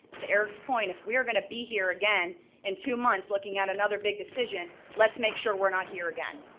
to eric's point, if we are gonna be here again in two months, looking at another big decision, let's make sure we're not here again.